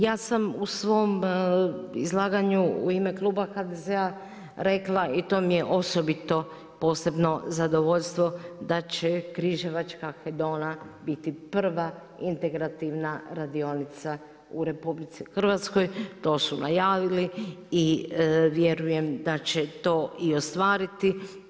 Ja sam u svom izlaganju u ime Kluba HDZ-a rekla i to mi je osobito posebno zadovoljstvo, da će Križevačka Hedona biti prva integrativna radionica u RH, to su najavili i vjerujem da će to i ostvariti.